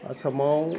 आसामाव